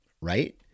right